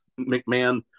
McMahon